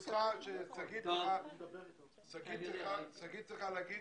שגית צריכה להגיד